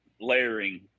layering